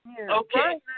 Okay